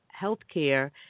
healthcare